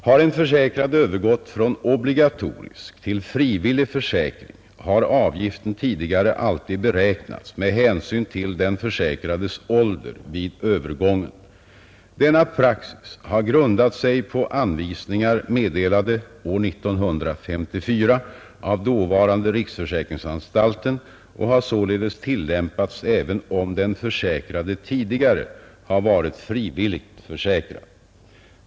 Har en försäkrad övergått från obligatorisk till frivillig försäkring har avgiften tidigare alltid beräknats med hänsyn till den försäkrades ålder vid övergången. Denna praxis har grundat sig på anvisningar meddelade år 1954 av dåvarande riksförsäkringsanstalten och har således tillämpats även om den försäkrade tidigare har varit frivilligt försäkrad.